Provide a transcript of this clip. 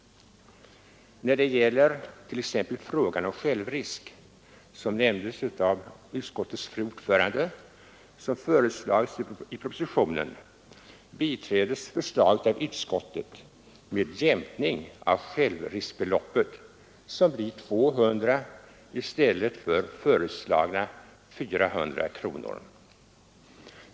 När det gäller t.ex. den i propositionen föreslagna självrisken, som nämndes av utskottets fru ordförande, biträds propositionens förslag av utskottet, dock med jämkning av självriskbeloppet till 200 i stället för föreslagna 400 kronor.